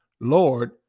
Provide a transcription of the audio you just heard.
Lord